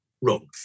wrong